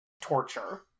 torture